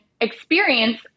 experience